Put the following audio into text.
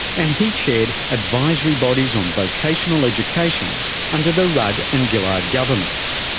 and he chaired advisory bodies on vocational education under the rudd and gillard governments.